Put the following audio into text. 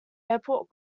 airport